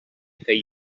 que